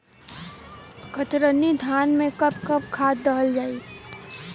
कतरनी धान में कब कब खाद दहल जाई?